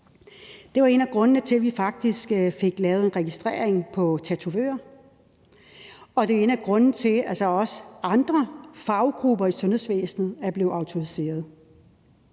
Det var en af grundene til, at vi faktisk fik lavet en registrering på tatovører, og det er en af grundene til, at også andre faggrupper i sundhedsvæsenet er blevet autoriserede.